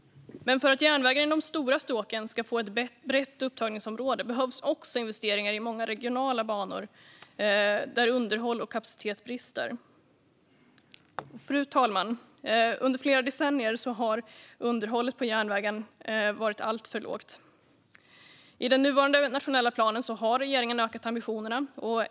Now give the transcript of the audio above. För att järnvägen i de stora stråken ska få ett brett upptagningsområde behövs också investeringar i många regionala banor där underhåll och kapacitet brister. Fru talman! Under flera decennier har underhållet av järnvägen varit alltför lågt. I den nuvarande nationella planen har regeringen ökat ambitionerna.